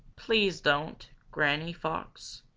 please don't, granny fox,